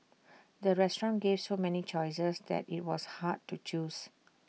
the restaurant gave so many choices that IT was hard to choose